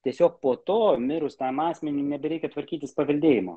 tiesiog po to mirus tam asmeniui nebereikia tvarkytis paveldėjimo